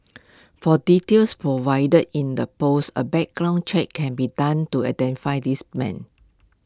from details provided in the post A background check can be done to identify this man